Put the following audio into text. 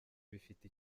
bifite